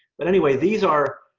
but anyway these are,